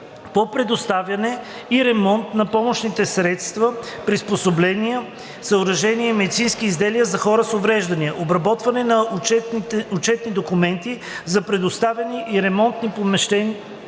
по предоставяне и ремонт на помощните средства, приспособления, съоръжения и медицински изделия за хора с увреждания; - обработване на отчетни документи за предоставени и ремонтирани помощни